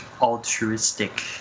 altruistic